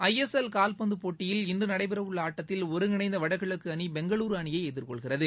ISL கால்பந்து போட்டியில் இன்று நடைபெறவுள்ள ஆட்டத்தில் ஒருங்கிணைந்த வடகிழக்கு அணி பெங்களூரு அணியை எதிர்கொள்கிறது